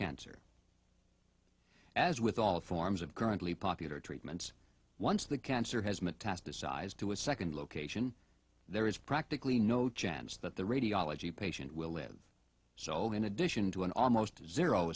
cancer as with all forms of currently popular treatments once the cancer has metastasized to a second location there is practically no chance that the radiology patient will live so in addition to an almost zero